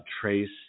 Trace